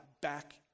back